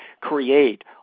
create